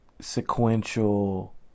sequential